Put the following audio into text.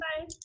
Bye